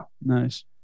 nice